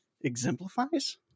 exemplifies